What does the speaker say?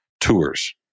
Tours